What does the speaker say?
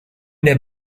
der